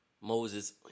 Moses